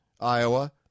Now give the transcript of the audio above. Iowa